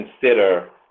consider